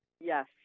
Yes